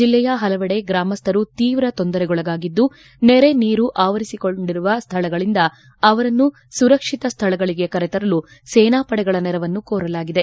ಜಿಲ್ಲೆಯ ಪಲವೆಡೆ ಗ್ರಾಮಸ್ಠರು ಶೀವ್ರ ತೊಂದರೆಗೊಳಗಾಗಿದ್ದು ನೆರೆ ನೀರು ಆವರಿಸಿರುವ ಸ್ಥಳಗಳಿಂದ ಅವರನ್ನು ಸುರಕ್ಷಿತ ಸ್ವಳಗಳಿಗೆ ಕರೆತರಲು ಸೇನಾಪಡೆಗಳ ನೆರವನ್ನು ಕೋರಲಾಗಿದೆ